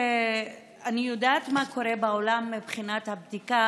אני יודעת מה קורה בעולם מבחינת הבדיקה